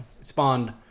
spawned